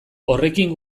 horrekin